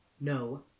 No